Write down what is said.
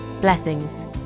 Blessings